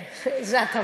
כן, זה את אמרת,